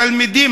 התלמידים,